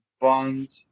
Bond